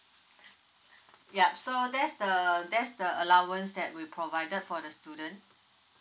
yup so that's the that's the allowance that we provided for the student